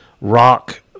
rock